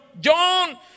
John